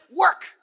work